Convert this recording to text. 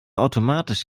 automatisch